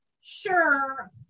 Sure